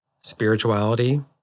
spirituality